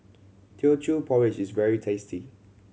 Teochew Porridge is very tasty